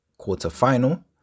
quarterfinal